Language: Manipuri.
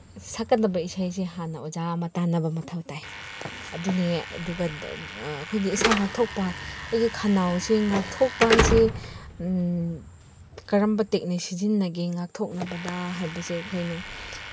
ꯁꯛꯀꯗꯕ ꯏꯁꯩꯁꯤ ꯍꯥꯟꯅ ꯑꯣꯖꯥ ꯑꯃ ꯇꯥꯟꯅꯕ ꯃꯊꯧ ꯇꯥꯏ ꯑꯗꯨꯅꯤ ꯑꯗꯨꯒ ꯑꯩꯈꯣꯏꯒꯤ ꯏꯁꯥ ꯉꯥꯛꯊꯣꯛꯄ ꯑꯩꯒꯤ ꯈꯧꯅꯥꯎꯁꯤ ꯉꯥꯛꯊꯣꯛꯄ ꯍꯥꯏꯁꯤ ꯀꯔꯝꯕ ꯇꯦꯛꯅꯤꯛ ꯁꯤꯖꯤꯟꯅꯒꯦ ꯉꯥꯛꯊꯣꯛꯅꯕꯗ ꯍꯥꯏꯕꯁꯦ ꯑꯩꯈꯣꯏꯅ